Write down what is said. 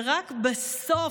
ורק בסוף,